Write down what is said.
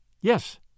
Yes